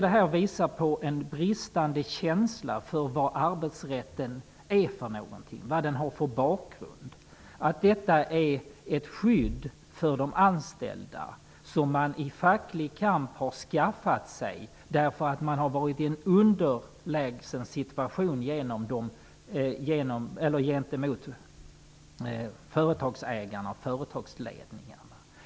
Det visar på en bristande känsla för vad arbetsrätten är och vad den har för bakgrund. Den är ett skydd för de anställda som dessa i facklig kamp har skaffat sig därför att de har befunnit sig i en underlägsen situation gentemot företagsägarna och företagsledningen.